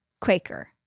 Quaker